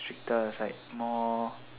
stricter is like more